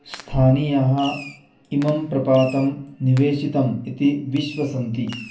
स्थानीयाः इमं प्रपातं निवेशितम् इति विश्वसन्ति